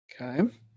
Okay